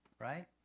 right